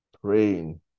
praying